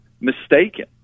mistaken